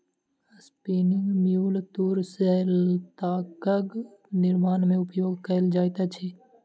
spinning mule तूर सॅ तागक निर्माण में उपयोग कएल जाइत अछि